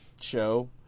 show